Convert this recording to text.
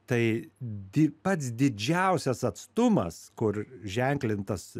tai di pats didžiausias atstumas kur ženklintas